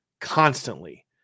constantly